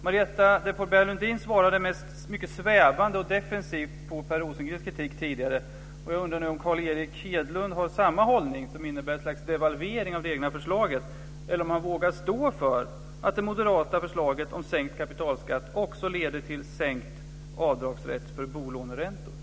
Marietta de Pourbaix-Lundin svarade mycket svävande och defensivt på Per Rosengrens kritik tidigare och jag undrar nu om Carl Erik Hedlund har samma hållning, som innebär ett slags devalvering av det egna förslaget, eller om han vågar stå för att det moderata förslaget om sänkt kapitalskatt också leder till sänkt avdragsrätt för bolåneräntor.